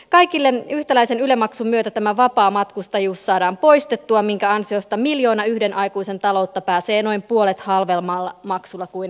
kaikille yhtäläisen yle maksun myötä tämä vapaamatkustajuus saadaan poistettua minkä ansiosta miljoona yhden aikuisen taloutta pääsee noin puolet halvemmalla maksulla kuin aikaisemmin